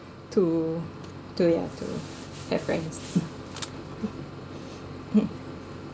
to to yeah to have friends hmm